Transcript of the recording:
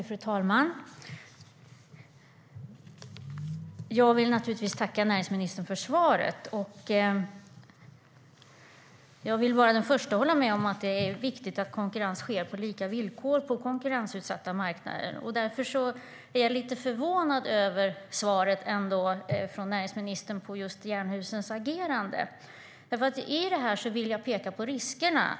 Fru talman! Jag vill naturligtvis tacka näringsministern för svaret, och jag vill vara den första att hålla med om att det är viktigt att konkurrens sker på lika villkor på konkurrensutsatta marknader. Därför är jag lite förvånad över svaret från näringsministern när det gäller Jernhusens agerande. Jag vill peka på riskerna.